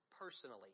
personally